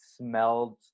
smelled